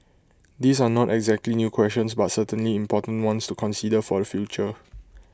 these are not exactly new questions but certainly important ones to consider for the future